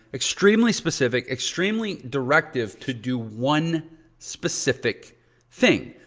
extremely specific, extremely directive to do one specific thing.